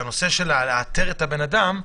שהנושא של איתור הבן אדם,